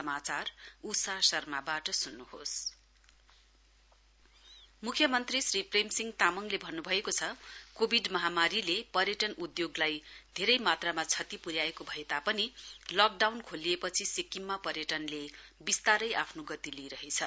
CM म्ख्यमन्त्री श्री प्रेम सिंह तामाङले भन्न् भएको छ कोविड महामारीले पर्यटन उदयोगलाई धेरै मात्रामा क्षति पुर्याएको भए तापनि लकडाउन खोलिएपछि सिक्किममा पर्यटनले विस्तारै आफ्नो गति लिइरहेछ